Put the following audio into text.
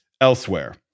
elsewhere